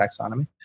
taxonomy